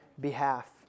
behalf